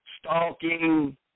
stalking